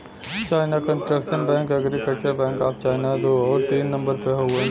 China construction bank, agriculture bank of China दू आउर तीन नम्बर पे हउवन